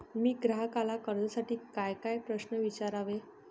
मी ग्राहकाला कर्जासाठी कायकाय प्रश्न विचारावे?